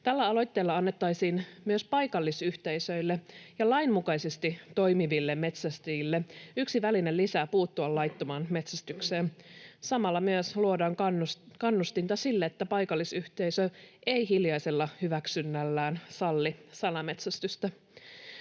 Tällä aloitteella annettaisiin myös paikallisyhteisöille ja lainmukaisesti toimiville metsästäjille yksi väline lisää puuttua laittomaan metsästykseen. Samalla myös luodaan kannustinta sille, että paikallisyhteisö ei hiljaisella hyväksynnällään salli salametsästystä.